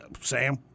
Sam